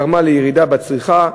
גרמה לירידה בצריכה,